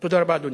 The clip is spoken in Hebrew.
תודה רבה, אדוני.